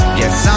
yes